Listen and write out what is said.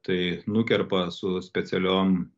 tai nukerpa su specialiom